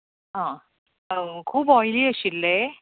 खूब ऑयली आशिल्ले